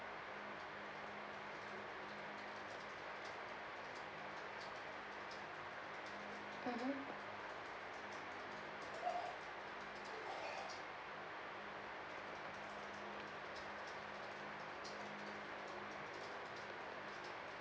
mmhmm